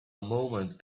moment